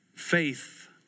faith